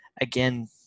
again